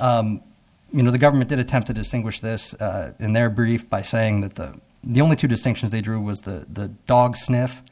you know the government did attempt to distinguish this in their brief by saying that the only two distinctions they drew was the dog sniff